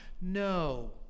No